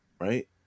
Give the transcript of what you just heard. right